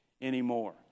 anymore